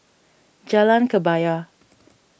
Jalan Kebaya